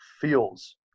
feels